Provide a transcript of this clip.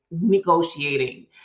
negotiating